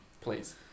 Please